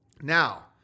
Now